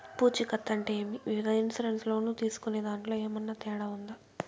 పూచికత్తు అంటే ఏమి? వివిధ ఇన్సూరెన్సు లోను తీసుకునేదాంట్లో ఏమన్నా తేడా ఉందా?